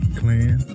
clan